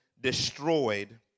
destroyed